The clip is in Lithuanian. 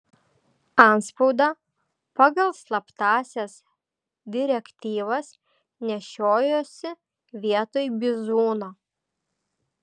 antspaudą pagal slaptąsias direktyvas nešiojosi vietoj bizūno